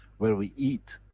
where we eat.